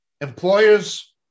employers